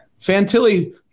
Fantilli